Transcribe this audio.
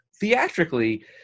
Theatrically